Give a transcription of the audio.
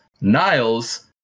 Niles